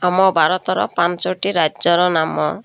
ଆମ ଭାରତର ପାଞ୍ଚଟି ରାଜ୍ୟର ନାମ